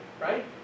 Right